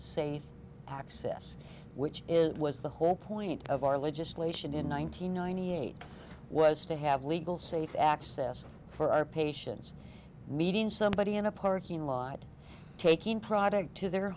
se access which is was the whole point of our legislation in one nine hundred ninety eight was to have legal safe access for our patients meeting somebody in a parking lot taking product to their